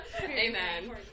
Amen